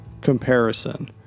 comparison